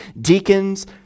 deacons